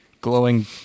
glowing